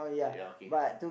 ya okay